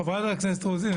חברת הכנסת רוזין,